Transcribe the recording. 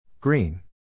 Green